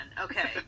Okay